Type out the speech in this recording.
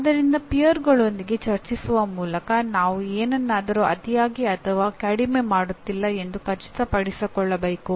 ಆದ್ದರಿಂದ ವರಿಷ್ಠರೊಂದಿಗೆ ಚರ್ಚಿಸುವ ಮೂಲಕ ನಾವು ಏನನ್ನಾದರೂ ಅತಿಯಾಗಿ ಅಥವಾ ಕಡಿಮೆ ಮಾಡುತ್ತಿಲ್ಲ ಎಂದು ಖಚಿತಪಡಿಸಿಕೊಳ್ಳಬಹುದು